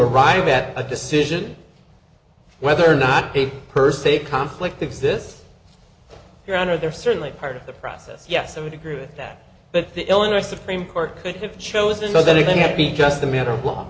arrive at a decision whether or not pay per se conflict exists your honor they're certainly part of the process yes i would agree with that but the illinois supreme court could have chosen those that are going to be just a matter of law